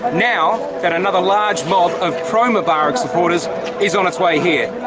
now, that another large mob of pro-mubarak supporters is on its way here.